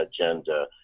agenda